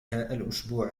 الأسبوع